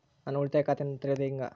ನಾನು ಉಳಿತಾಯ ಖಾತೆಯನ್ನ ತೆರೆಯೋದು ಹೆಂಗ?